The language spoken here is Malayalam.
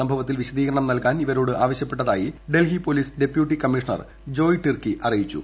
സംഭവത്തിൽ വിശദീകരണം നൽകാൻ ഇവരോട് ആവശ്യപ്പെട്ടതായി Delhi police deputy commissioner Joy Tirkey അറിയിച്ചു